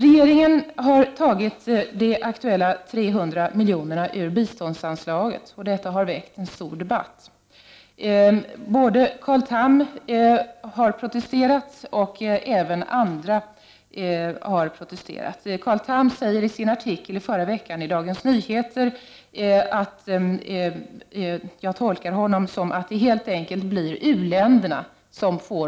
Regeringen har tagit de aktuella 300 miljonerna ur biståndsanslaget. Detta har väckt en stor debatt. Carl Tham och även andra har protesterat. Carl Tham säger i sin artikel i förra veckan i Dagens Nyhe = Prot. 1989/90:45 ter, som jag tolkar honom, att det helt enkel blir u-länderna som i slutänden